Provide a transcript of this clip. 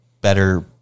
better